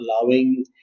allowing